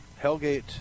Hellgate